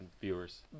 viewers